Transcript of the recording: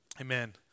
Amen